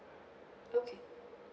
okay